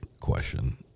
question